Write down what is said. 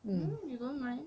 mm you don't mind